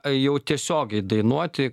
jau tiesiogiai dainuoti